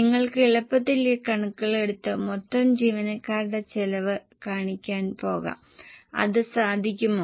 നിങ്ങൾക്ക് എളുപ്പത്തിൽ ഈ കണക്കുകൾ എടുത്ത് മൊത്തം ജീവനക്കാരുടെ ചെലവ് കാണിക്കാൻ പോകാം അത് സാധിക്കുമോ